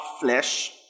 flesh